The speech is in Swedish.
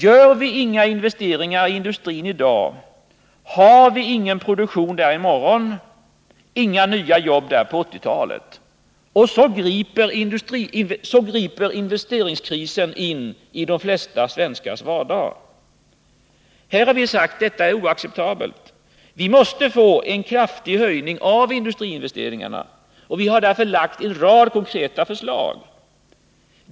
Gör vi inga investeringar i industrin i dag, har vi ingen produktion där i morgon och inga nya jobb där på 1980-talet. Så griper investeringskrisen in i de flesta svenskars vardag. Här har vi sagt: Detta är oacceptabelt. Vi måste få en kraftig höjning av industriinvesteringarna. Vi har därför lagt fram en rad konkreta förslag.